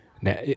Now